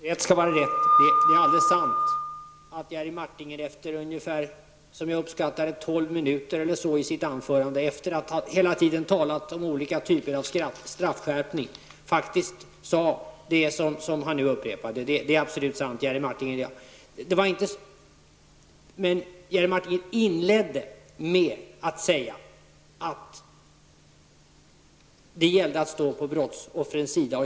Herr talman! Rätt skall vara rätt. Det är sant att Jerry Martinger efter -- som jag uppskattade det -- ungefär tolv minuter, under vilken tid han talade om olika typer av straffskärpning, faktiskt sade det som han nu upprepade. Det är absolut sant, Jerry Martinger. Men Jerry Martinger inledde med att säga att det gällde att stå på brottsoffrens sida.